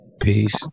Peace